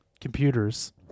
computers